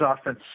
offense